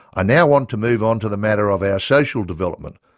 i now want to move on to the matter of our social development,